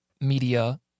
media